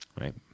right